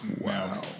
Wow